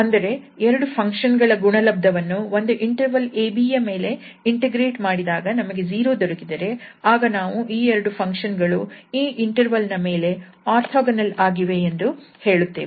ಅಂದರೆ ಎರಡು ಫಂಕ್ಷನ್ ಗಳ ಗುಣಲಬ್ಧವನ್ನು ಒಂದು ಇಂಟರ್ವಲ್ 𝑎 𝑏 ಯ ಮೇಲೆ ಇಂಟಿಗ್ರೇಟ್ ಮಾಡಿದಾಗ ನಮಗೆ 0 ದೊರಕಿದರೆ ಆಗ ನಾವು ಆ ಎರಡು ಫಂಕ್ಷನ್ ಗಳು ಈ ಇಂಟರ್ವಲ್ ನ ಮೇಲೆ ಓರ್ಥೋಗೊನಲ್ ಆಗಿವೆ ಎಂದು ಹೇಳುತ್ತೇವೆ